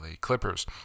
Clippers